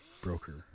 Broker